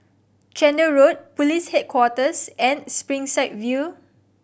Chander Road Police Headquarters and Springside View